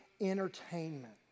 entertainment